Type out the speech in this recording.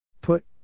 Put